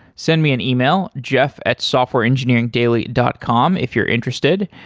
send me an email, jeff at softwareengineeringdaily dot com if you're interested.